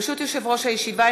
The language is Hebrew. ברשות יושב-ראש הישיבה,